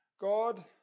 God